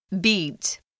beat